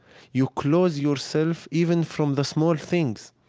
you close yourself even from the small things,